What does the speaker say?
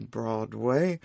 Broadway